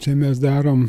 čia mes darom